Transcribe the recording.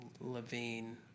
Levine